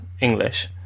English